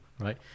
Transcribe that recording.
right